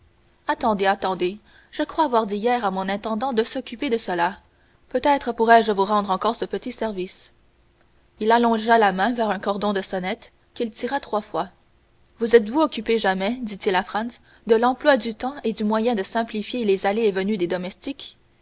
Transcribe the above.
attendez attendez je crois avoir dit hier à mon intendant de s'occuper de cela peut-être pourrai-je vous rendre encore ce petit service il allongea la main vers un cordon de sonnette qu'il tira trois fois vous êtes-vous préoccupé jamais dit-il à franz de l'emploi du temps et du moyen de simplifier les allées et venues des domestiques